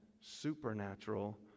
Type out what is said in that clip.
supernatural